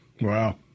Wow